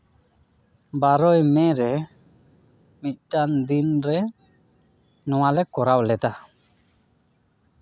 ᱵᱟᱨᱚᱭ ᱢᱮ ᱨᱮ ᱢᱤᱫ ᱴᱟᱱ ᱫᱤᱱ ᱨᱮ ᱱᱚᱣᱟ ᱞᱮ ᱠᱚᱨᱟᱣ ᱞᱮᱫᱟ